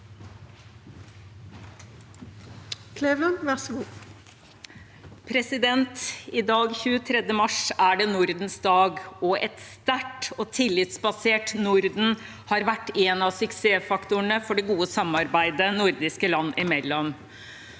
I dag, 23. mars, er det Nordens dag, og et sterkt og tillitsbasert Norden har vært en av suksessfaktorene for det gode samarbeidet nordiske land imellom.